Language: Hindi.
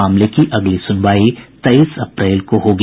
मामले की अगली सुनवाई तेईस अप्रैल को होगी